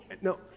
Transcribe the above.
no